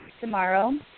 tomorrow